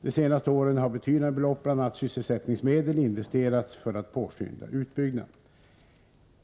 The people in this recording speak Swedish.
De senaste åren har betydande belopp, bl.a. sysselsättningsmedel, investerats för att påskynda utbyggnaden.